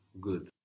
Good